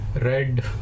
Red